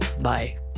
Bye